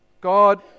God